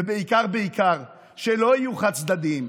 ובעיקר בעיקר שלא יהיו חד-צדדיים,